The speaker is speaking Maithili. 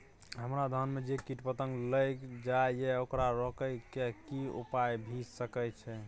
हमरा धान में जे कीट पतंग लैग जाय ये ओकरा रोके के कि उपाय भी सके छै?